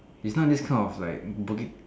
it's not this kind of like Bukit